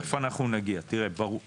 נגיד בנק ישראל פרופ'